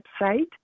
website